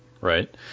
right